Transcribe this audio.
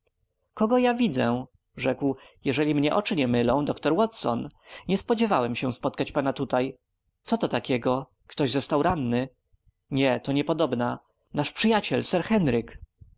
kogo ja widzę rzekł jeśli mnie oczy nie mylą doktor watson nie spodziewałem się spotkać pana tutaj co to takiego ktoś został ranny nie to niepodobna nasz przyjaciel sir henryk